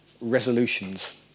resolutions